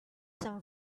some